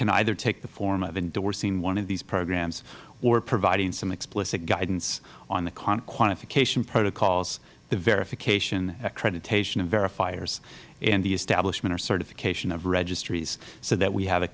can either take the form of endorsing one of these programs or providing some explicit guidance on the quantification protocols the verification accreditation of verifiers and the establishment of certification of registries so that we have a